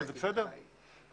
לפחות במקום ממנו אני מגיע.